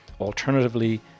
Alternatively